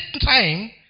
time